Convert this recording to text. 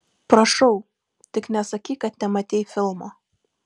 prašau tik nesakyk kad nematei filmo